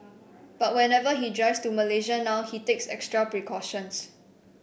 but whenever he drives to Malaysia now he takes extra precautions